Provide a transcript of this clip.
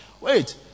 wait